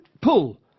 pull